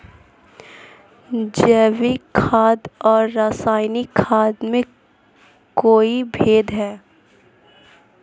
जैविक खाद और रासायनिक खाद में कोई भेद है?